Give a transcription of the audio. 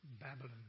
Babylon